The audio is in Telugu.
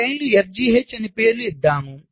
కొన్ని పంక్తులకు FGH అను పేర్లను ఇద్దాం